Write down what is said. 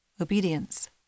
obedience